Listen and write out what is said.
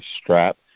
strap